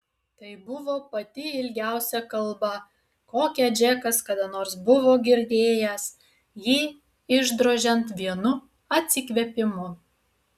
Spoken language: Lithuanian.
tai buvo pati ilgiausia kalba kokią džekas kada nors buvo girdėjęs jį išdrožiant vienu atsikvėpimu